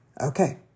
Okay